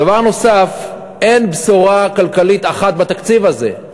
דבר נוסף, אין בשורה כלכלית אחת בתקציב הזה.